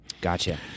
Gotcha